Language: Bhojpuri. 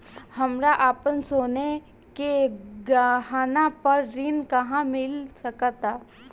हमरा अपन सोने के गहना पर ऋण कहां मिल सकता?